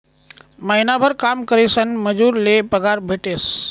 महिनाभर काम करीसन मजूर ले पगार भेटेस